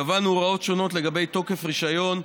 קבענו הוראות שונות לגבי תוקף רישיון,